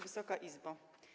Wysoka Izbo!